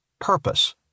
Purpose